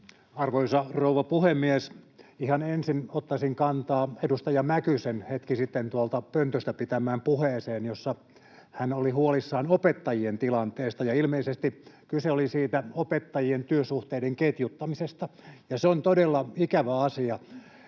Arvoisa rouva puhemies! Ihan ensin ottaisin kantaa edustaja Mäkysen hetki sitten tuolta pöntöstä pitämään puheeseen, jossa hän oli huolissaan opettajien tilanteesta, ja ilmeisesti kyse oli siitä opettajien työsuhteiden ketjuttamisesta. Se on todella ikävä asia.